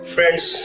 Friends